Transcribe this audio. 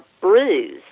bruised